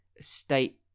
state